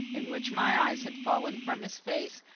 in which my eyes had fallen from his face,